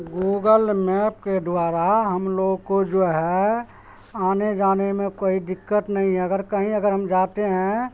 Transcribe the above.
Google map کے دوارا ہم لوگ کو جو ہے آنے جانے میں کوئی دقت نہیں ہے اگر کہیں اگر ہم جاتے ہیں